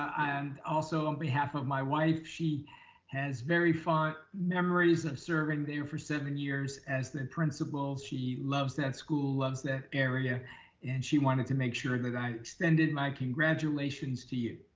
i am also on behalf of my wife. she has very fond memories of serving there for seven years as the principals. she loves school loves that area and she wanted to make sure that i extended my congratulations to you.